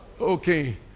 Okay